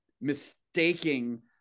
mistaking